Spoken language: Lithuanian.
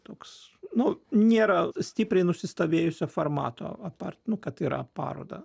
toks nu nėra stipriai nusistovėjusio formato apart nu kad yra paroda